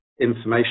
information